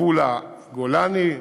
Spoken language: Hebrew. עפולה גולני,